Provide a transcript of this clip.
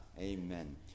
Amen